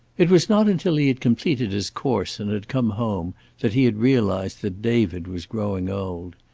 it was not until he had completed his course and had come home that he had realized that david was growing old.